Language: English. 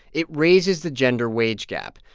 it raises the gender wage gap.